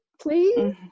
please